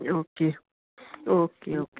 okay okay okay